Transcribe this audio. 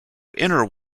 inner